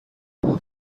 کلاس